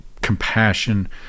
compassion